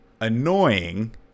annoying